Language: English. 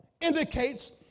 indicates